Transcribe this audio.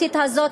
האמנותית הזאת.